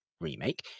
remake